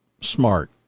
smart